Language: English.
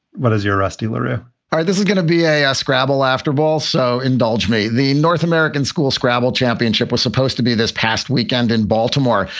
what does your rusty larue are? this is gonna be a ah scrabble after ball. so indulge me. the north american school scrabble championship was supposed to be this past weekend in baltimore.